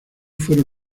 fueron